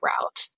route